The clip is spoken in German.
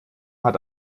hat